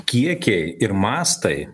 kiekiai ir mastai